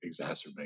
exacerbate